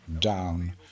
down